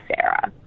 Sarah